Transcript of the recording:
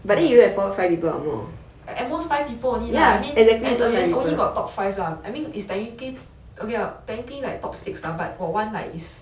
at most five people only lah only got top five lah I mean is technically okay technically like top six lah but got one like is